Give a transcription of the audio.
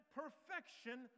perfection